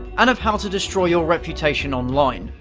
and of how to destroy your reputation online.